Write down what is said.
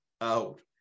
out